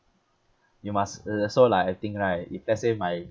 you must uh so like I think right if let's say my